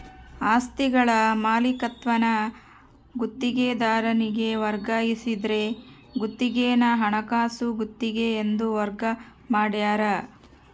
ಆಸ್ತಿಗಳ ಮಾಲೀಕತ್ವಾನ ಗುತ್ತಿಗೆದಾರನಿಗೆ ವರ್ಗಾಯಿಸಿದ್ರ ಗುತ್ತಿಗೆನ ಹಣಕಾಸು ಗುತ್ತಿಗೆ ಎಂದು ವರ್ಗ ಮಾಡ್ಯಾರ